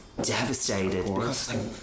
devastated